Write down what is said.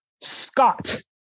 Scott